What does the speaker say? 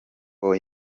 aron